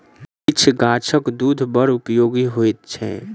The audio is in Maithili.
किछ गाछक दूध बड़ उपयोगी होइत छै